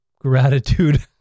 gratitude